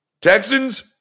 Texans